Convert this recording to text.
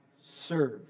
Serve